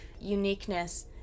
uniqueness